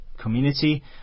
community